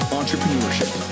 entrepreneurship